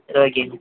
சரி ஓகேங்க